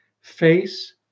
face